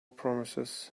promises